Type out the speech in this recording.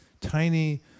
tiny